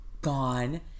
gone